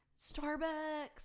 Starbucks